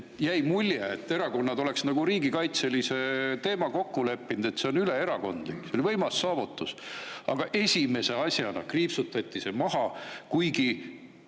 Jäi mulje, et erakonnad oleksid nagu riigikaitselisel teemal kokku leppinud, et see on üleerakondlik. See oli võimas saavutus. Aga esimese asjana kriipsutati see maha, kuigi